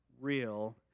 real